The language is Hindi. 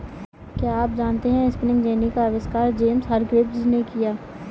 क्या आप जानते है स्पिनिंग जेनी का आविष्कार जेम्स हरग्रीव्ज ने किया?